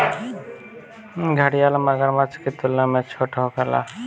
घड़ियाल मगरमच्छ की तुलना में छोट होखेले